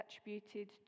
attributed